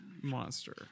monster